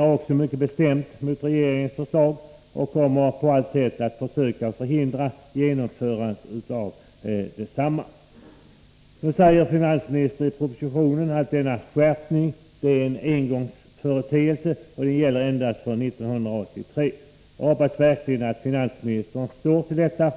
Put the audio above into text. Vi reagerar mycket bestämt mot regeringens förslag och kommer på allt sätt att försöka förhindra genomförandet av detsamma. Finansministern säger i propositionen att denna skärpning är en engångsföreteelse som gäller endast för år 1983. Jag hoppas verkligen att finansministern står för detta,